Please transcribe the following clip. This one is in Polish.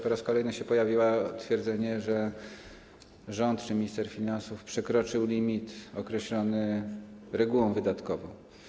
Po raz kolejny pojawia się twierdzenie, że rząd, że minister finansów przekroczył limit określony regułą wydatkową.